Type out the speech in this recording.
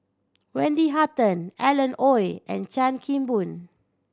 Wendy Hutton Alan Oei and Chan Kim Boon